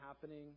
happening